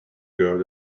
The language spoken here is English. girl